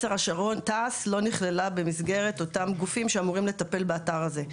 תעש לא נכללה במסגרת אותם גופים שאמורים לטפל באתר הזה.